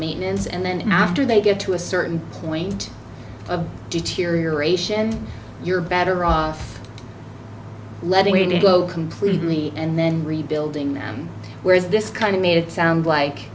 maintenance and then after they get to a certain point of deterioration you're better off letting it go completely and then rebuilding them whereas this kind of made it sound